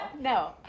no